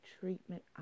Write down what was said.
treatment